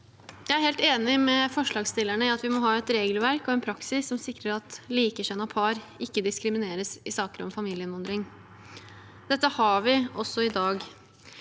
Jeg er helt enig med forslagsstillerne i at vi må ha et regelverk og en praksis som sikrer at likekjønnede par ikke diskrimineres i saker om familieinnvandring. Det har vi også i dag.